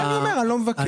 לכן אני אומר שאני לא מבקר.